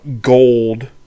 gold